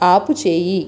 ఆపుచెయ్యి